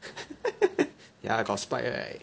ya got spike right